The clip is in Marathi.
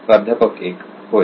प्राध्यापक 1 होय